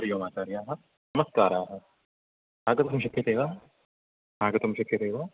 हरि ओम् आचर्याः नमस्काराः आगन्तुं शक्यते वा आगन्तुं शक्यते वा